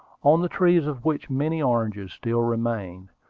on the trees of which many oranges still remained.